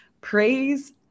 Praise